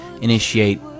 initiate